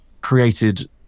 created